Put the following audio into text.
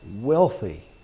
wealthy